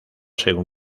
según